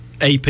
AP